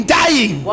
dying